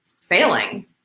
failing